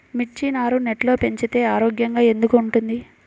మిర్చి నారు నెట్లో పెంచితే ఆరోగ్యంగా ఎందుకు ఉంటుంది?